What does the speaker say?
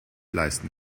leisten